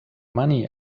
money